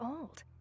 old